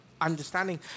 understanding